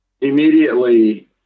immediately